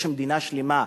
יש מדינה שלמה,